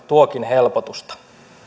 tuokin helpotusta